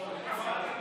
משקרים,